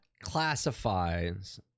classifies